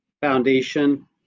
foundation